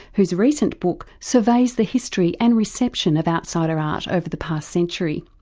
whose recent book surveys the history and reception of outsider art over the past century.